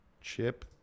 Chip